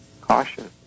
cautious